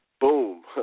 Boom